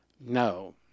No